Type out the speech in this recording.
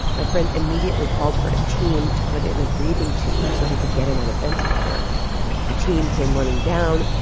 my friend immediately called for a team to put in a breathing tube so they could get him on a ventilator the team came running down.